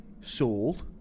sold